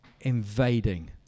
invading